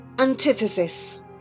Antithesis